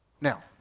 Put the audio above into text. Now